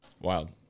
wild